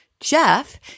Jeff